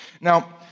Now